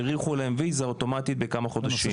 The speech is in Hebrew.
האריכו להם את הוויזה אוטומטית בכמה חודשים.